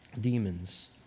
demons